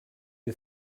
you